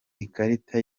ikarita